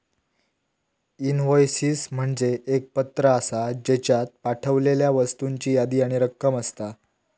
invoices म्हणजे एक पत्र आसा, ज्येच्यात पाठवलेल्या वस्तूंची यादी आणि रक्कम असता